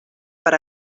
per